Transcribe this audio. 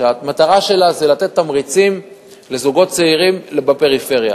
והמטרה שלה היא לתת תמריצים לזוגות צעירים בפריפריה.